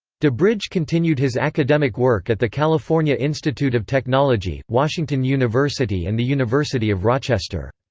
dubridge continued his academic work at the california institute of technology, washington university and the university of rochester.